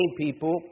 people